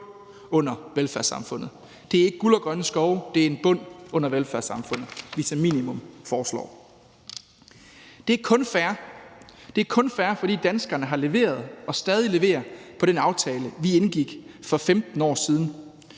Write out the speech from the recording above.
under velfærdssamfundet. Det er ikke guld og grønne skove, men det er en bund under velfærdssamfundet, vi som minimum foreslår. Det er kun fair, fordi danskerne har leveret og stadig leverer på den aftale, vi indgik for 15 år siden,